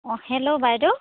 অঁ হেল্ল' বাইদেউ